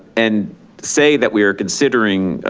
and say that we are considering